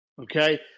Okay